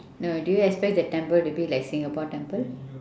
no do you expect the temple to be like singapore temple